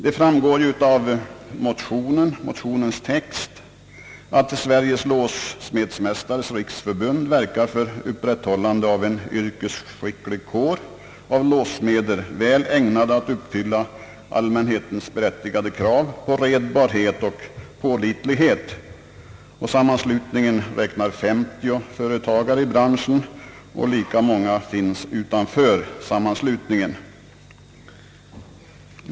Det framgår av motionernas text att Sveriges låssmedsmästares riksförbund verkar för upprätthållande av en yrkesskicklig kår av låssmeder, väl ägnade attt uppfylla allmänhetens berättigade krav på redbarhet och pålitlighet. Sammanslutningen räknar 50 företagare i branschen, och lika många finns utanför sammanslutningen.